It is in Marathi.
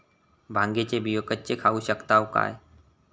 भांगे चे बियो कच्चे खाऊ शकताव काय?